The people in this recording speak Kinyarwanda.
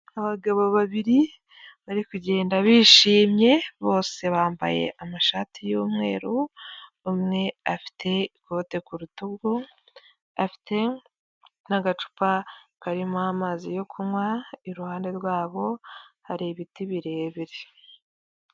Abagabo babiri bari kugenda bishimye, bose bambaye amashati y'umweru, umwe afite ikote ku rutugu, afite n'agacupa karimo amazi yo kunywa, iruhande rwabo hari ibiti birebire.